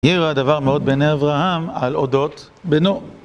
ירע הדבר מאוד בעיני אברהם על אודות בנו.